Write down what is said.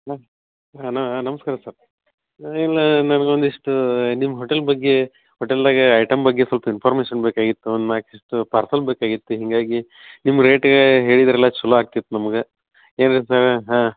ಹಾಂ ಹಾಂ ನಮಸ್ಕಾರ ಸರ್ ಇಲ್ಲ ನನ್ಗೊಂದು ಇಷ್ಟು ನಿಮ್ಮ ಹೋಟೆಲ್ ಬಗ್ಗೆ ಹೋಟೆಲ್ದಾಗೆ ಐಟಮ್ ಬಗ್ಗೆ ಸ್ವಲ್ಪ್ ಇನ್ಫಾರ್ಮೇಷನ್ ಬೇಕಾಗಿತ್ತು ಒಂದು ಇಷ್ಟು ಪಾರ್ಸಲ್ ಬೇಕಾಗಿತ್ತು ಹೀಗಾಗಿ ನಿಮ್ಮ ರೇಟ್ ಹೇಳಿದ್ರೆಲ್ಲ ಚಲೋ ಆಗ್ತಿತ್ತು ನಮಗೆ ಏನು ರಿ ಸರ ಹಾಂ